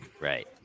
Right